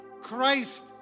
Christ